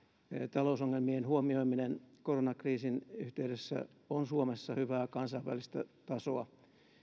talousongelmien huomioiminen koronakriisin yhteydessä on suomessa hyvää kansainvälistä tasoa